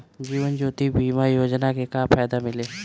जीवन ज्योति बीमा योजना के का फायदा मिली?